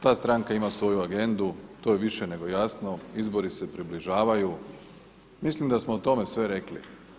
Ta stranka ima svoju agendu, to je više nego jasno, izbori se približavaju, mislim da smo o tome sve rekli.